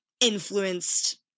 influenced